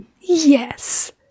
Yes